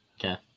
Okay